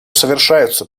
совершаются